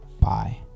Bye